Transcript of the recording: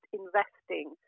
investing